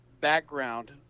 background